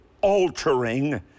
altering